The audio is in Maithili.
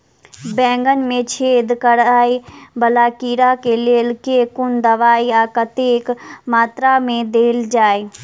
बैंगन मे छेद कराए वला कीड़ा केँ लेल केँ कुन दवाई आ कतेक मात्रा मे देल जाए?